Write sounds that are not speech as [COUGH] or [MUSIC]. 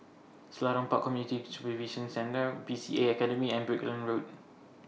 Selarang Park Community Supervision Centre B C A Academy and [NOISE] Brickland Road